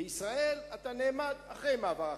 בישראל אתה נעמד אחרי מעבר החצייה.